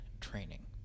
training